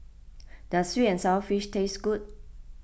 does Sweet and Sour Fish taste good